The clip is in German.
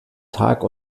tag